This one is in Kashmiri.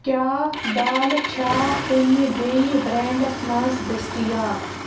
کیٛاہ دالہٕ چھا کُنہِ بیٚیہِ برینٛڈس منٛز دٔستیاب